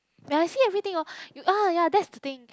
when I see everything hor ah ya that's the thing